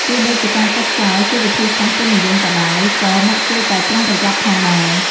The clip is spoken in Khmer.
ទោះបីជាការកោសខ្យល់ជាវិធីសាស្ត្រពេញនិយមក៏ដោយ ក៏អ្នកគួរតែប្រុងប្រយ័ត្នផងដែរ។